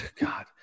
God